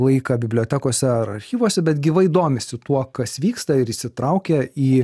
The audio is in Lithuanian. laiką bibliotekose ar archyvuose bet gyvai domisi tuo kas vyksta ir įsitraukia į